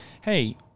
Hey